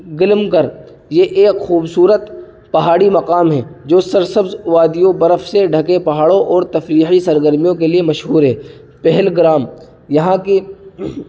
گلمرگ یہ ایک خوبصورت پہاڑی مقام ہے جو سرسبز وادیوں برف سے ڈھکے پہاڑوں اور تفریحی سرگرمیوں کے مشہور ہے پہلگرام یہاں کی